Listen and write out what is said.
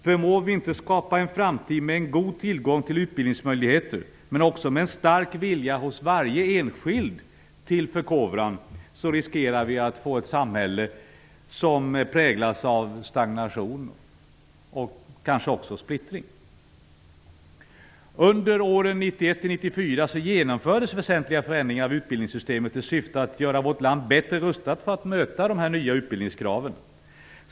Förmår vi inte skapa en framtid med en god tillgång till utbildningsmöjligheter, men också med en stark vilja hos varje enskild till förkovran, riskerar vi att få ett samhälle som präglas av stagnation och kanske också splittring. Under åren 1991-1994 genomfördes väsentliga förändringar av utbildningssystemet i syfte att göra vårt land bättre rustat för att möta de nya utbildningskraven.